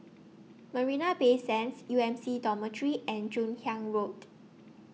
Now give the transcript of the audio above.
Marina Bay Sands U M C Dormitory and Joon Hiang Road